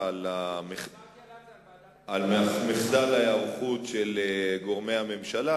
על מחדל ההיערכות של גורמי הממשלה,